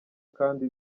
kandi